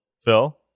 Phil